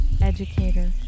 educator